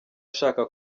ashaka